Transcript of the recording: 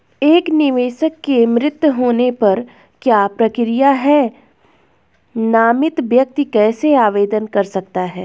एक निवेशक के मृत्यु होने पर क्या प्रक्रिया है नामित व्यक्ति कैसे आवेदन कर सकता है?